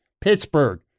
Pittsburgh